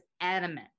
adamant